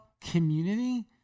community